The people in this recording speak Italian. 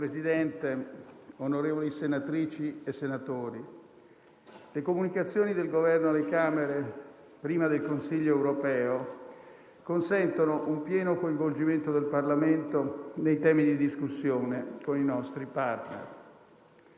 Presidente, onorevoli senatrici e senatori, le comunicazioni del Governo alle Camere prima del Consiglio europeo consentono un pieno coinvolgimento del Parlamento nei temi di discussione con i nostri *partner*.